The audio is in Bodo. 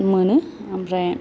मोनो ओमफ्राय